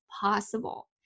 possible